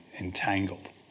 entangled